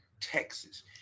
texas